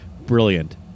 brilliant